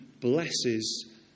blesses